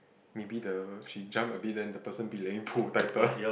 maybe the she jump a bit then the person belaying pull tighter